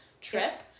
trip